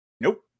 Nope